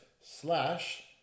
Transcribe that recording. slash